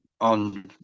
on